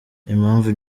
impamvu